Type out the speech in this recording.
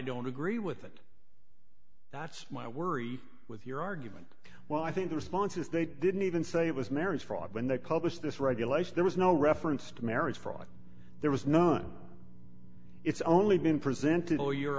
don't agree with it that's my worry with your argument well i think the response is they didn't even say it was marriage fraud when they published this regulation there was no reference to marriage fraud there was none it's only been presented or your